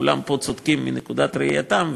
כולם פה צודקים מנקודת ראותם,